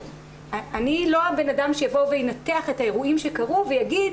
אני לא הבן אדם שיבוא וינתח את האירועים שקרו ויגיד